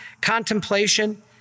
contemplation